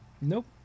Nope